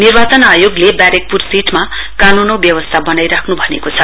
निर्वाचन आयोगले ब्यारेकपुर सीटमा कानुन औ व्यवस्था बनाइराख्नु भनेको छ